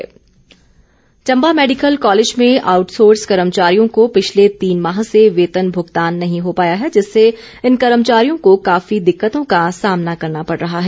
वेतन मांग Chamba medical college में आउटसोर्स कर्मचारियों को पिछले तीन माह से वेतन भुगतान नहीं हो पाया है जिससे इन कर्मचारियों को काफी दिक्कतों का सामना करना पड़ रहा है